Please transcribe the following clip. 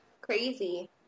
Crazy